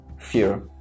fear